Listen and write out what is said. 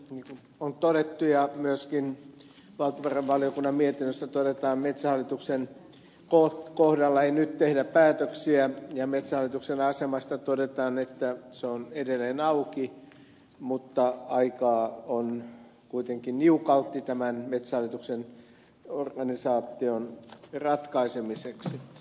niin kuin on todettu ja myöskin valtiovarainvaliokunnan mietinnössä todetaan metsähallituksen kohdalla ei nyt tehdä päätöksiä ja metsähallituksen asemasta todetaan että se on edelleen auki mutta aikaa on kuitenkin niukalti metsähallituksen organisaation ratkaisemiseksi